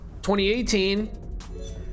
2018